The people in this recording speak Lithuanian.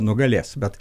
nugalės bet